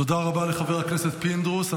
תודה רבה לחבר הכנסת פינדרוס.